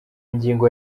ingingo